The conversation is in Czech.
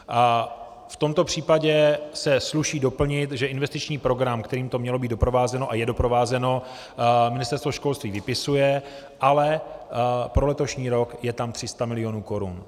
V tomto případě se sluší doplnit, že investiční program, kterým to mělo být doprovázeno a je doprovázeno, Ministerstvo školství vypisuje, ale pro letošní rok je tam 300 milionů korun.